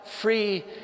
free